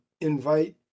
invite